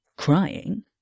crying